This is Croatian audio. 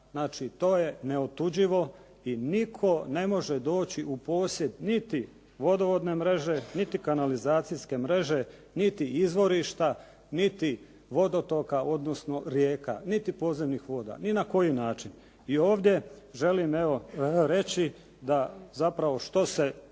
znači to je neotuđivo i nitko ne može doći u posjed niti vodovodne mreže, niti kanalizacijske mreže, niti izvorišta, niti vodotoka, odnosno rijeka. Niti podzemnih voda, niti na koji način. I ovdje želim reći da zapravo što se